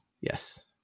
Yes